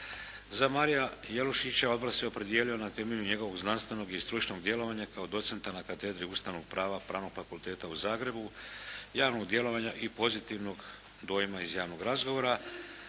Za Marija Jelušića odbor se opredijelio na temelju njegovog znanstvenog i stručnog djelovanja kao docenta na Katedri ustavnog prava Pravnog fakulteta u Zagrebu, javnog djelovanja i pozitivnog dojma iz javnog razgovora.